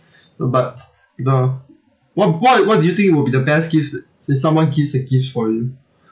uh but the what what what do you think will be the best gifts since someone gives a gift for you